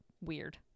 weird